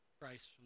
Christ